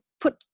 put